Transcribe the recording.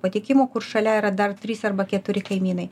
pateikimu kur šalia yra dar trys arba keturi kaimynai